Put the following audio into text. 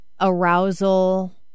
arousal